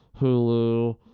Hulu